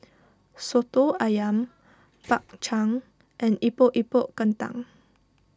Soto Ayam Bak Chang and Epok Epok Kentang